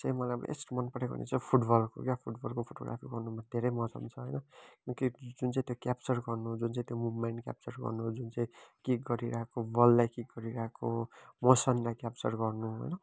चाहिँ मलाई बेस्ट मनपरेको भनेको चाहिँ फुटबलको क्या फुटबलको फुटबल आफै गर्नुमा धेरै मजा आउँछ होइन किक जुन चाहिँ त्यो क्याप्चर गर्नु जुन चाहिँ त्यो मुभमेन्ट क्याप्चर गर्नु जुन चाहिँ किक गरिरहेको बललाई किक गरिरहेको मोसनलाई क्याप्चर गर्नु